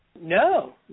No